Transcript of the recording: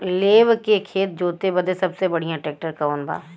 लेव के खेत जोते बदे सबसे बढ़ियां ट्रैक्टर कवन बा?